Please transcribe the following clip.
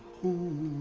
who